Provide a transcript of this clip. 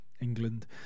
England